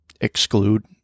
exclude